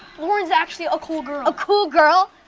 lauren's actually a cool girl. a cool girl?